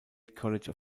college